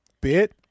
bit